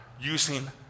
using